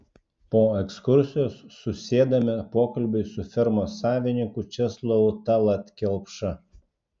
po ekskursijos susėdame pokalbiui su fermos savininku česlovu tallat kelpša